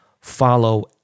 follow